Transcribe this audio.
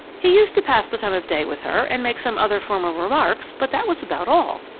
he used to pass the time of day with her, and make some other formal remarks, but that was about all.